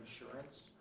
insurance